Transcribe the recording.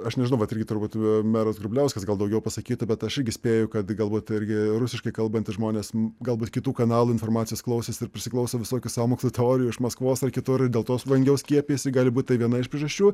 aš nežinau bet itgi turbūt meras grubliauskas gal daugiau pasakytų bet aš irgi spėju kad galbūt irgi rusiškai kalbantys žmonės galbūt kitų kanalų informacijos klausėsi ir prisiklausė visokių sąmokslo teorijų iš maskvos ar kitur dėl to vangiau skiepijasi gali būti tai viena iš priežasčių